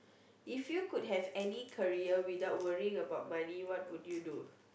if you could have any career without worrying about money what would you do